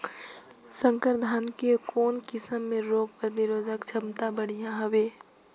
संकर धान के कौन किसम मे रोग प्रतिरोधक क्षमता बढ़िया हवे?